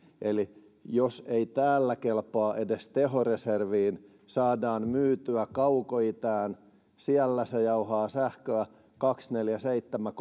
eli jos ei täällä kelpaa edes tehoreserviin niin se saadaan myytyä kaukoitään ja siellä se jauhaa sähköä kaksikymmentäneljä kautta seitsemän